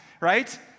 right